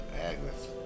Agnes